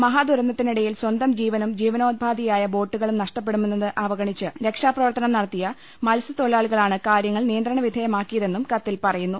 മഹാദുരന്തത്തിനിടയിൽ സ്വന്തം ജീവനും ജീവ നോപാധിയായ ബോട്ടുകളും നഷ്ടപ്പെടുമെന്നത് അവഗണിച്ച് രക്ഷാപ്ര വർത്തനം നടത്തിയ മത്സൃത്തൊഴിലാളികളാണ് കാരൃങ്ങൾ നിയന്ത്രണ വിധേയമാക്കിയതെന്നും കത്തിൽ പറയുന്നു